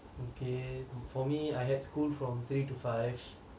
okay for me I had school from three to five